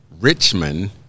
Richmond